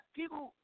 people